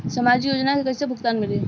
सामाजिक योजना से कइसे भुगतान मिली?